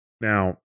Now